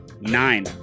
nine